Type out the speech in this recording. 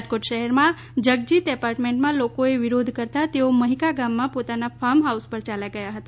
રાજકોટ શહેરમાં જગજીત એપાર્ટમેન્ટમાં લોકોએ વિરોધ કરતા તેઓ મહિકા ગામમાં પોતાના ફાર્મ હાઉસ પર ચાલ્યા ગયા હતા